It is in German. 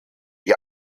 die